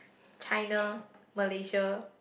China Malaysia